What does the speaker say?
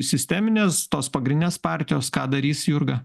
sisteminės tos pagrindinės partijos ką darys jurga